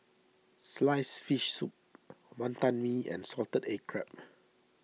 Sliced Fish Soup Wantan Mee and Salted Egg Crab